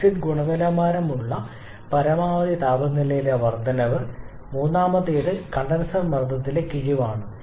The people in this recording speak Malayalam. എക്സിറ്റ് ഗുണനിലവാരമുള്ള പരമാവധി താപനിലയിലെ വർദ്ധനവ് മൂന്നാമത്തേത് കണ്ടൻസർ മർദ്ദത്തിലെ കിഴിവാണ്